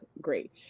Great